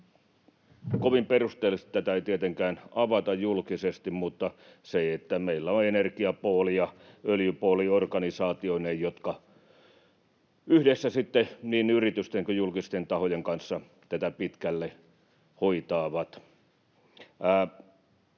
Kovin perusteellisesti tätä ei tietenkään avata julkisesti, mutta meillä on energiapooli ja öljypooli organisaatioineen, jotka yhdessä sitten niin yritysten kuin julkisten tahojen kanssa tätä pitkälle hoitavat.